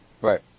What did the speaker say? Right